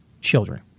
children